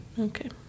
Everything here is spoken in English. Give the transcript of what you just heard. Okay